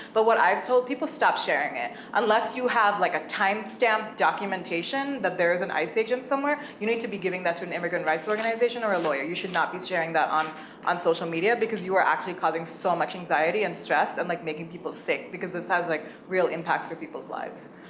but what i have told people, stop sharing it. unless you have like a time stamped documentation that there is an ice agent somewhere, you need to be giving that to an immigrant rights organization, or a lawyer. you should not be sharing that on on social media, because you are actually causing so much anxiety and stress, and like making people sick, this has like real impacts for people's lives.